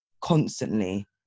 constantly